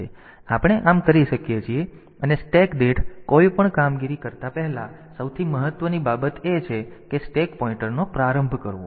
તેથી આપણે આમ કરી શકીએ છીએ અને સ્ટેક દીઠ કોઈપણ કામગીરી કરતા પહેલા સૌથી મહત્વની બાબત એ છે કે સ્ટેક પોઇન્ટરનો પ્રારંભ કરવો